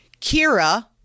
Kira